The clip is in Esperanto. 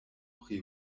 pri